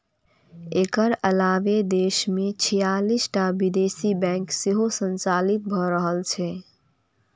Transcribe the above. एकर अलावे देश मे छियालिस टा विदेशी बैंक सेहो संचालित भए रहल छै